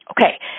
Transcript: Okay